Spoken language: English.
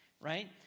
Right